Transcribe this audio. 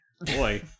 Boy